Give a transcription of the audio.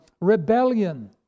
rebellion